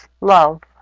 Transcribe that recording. love